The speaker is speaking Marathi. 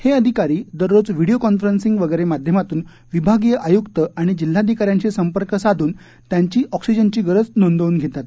हे अधिकारी दररोज व्हीडिओ कॉन्फरन्सिंग वगैरे माध्यमातून विभागीय आयुक्त आणि जिल्हाधिकाऱ्यांशी संपर्क साधून त्यांची ऑक्सिजनची गरज नोंदवून घेतात